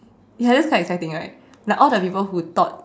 ya that's quite exciting right like all the people who thought